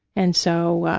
and so,